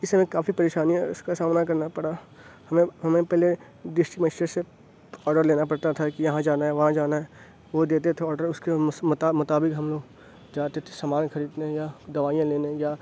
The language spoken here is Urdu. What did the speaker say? اِس سے ہمیں کافی پریشانیاں اِس کا سامنا کرنا پڑا ہمیں ہمیں پہلے ڈسٹری مجسٹریٹ سے آڈر لینا پڑتا تھا کہ یہاں جانا ہے وہاں جانا ہے وہ دیتے تھے آڈر اُس کے مطابق ہم لوگ جاتے تھے سامان خریدنے یا دوائیاں لینے یا